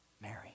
Mary